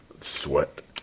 sweat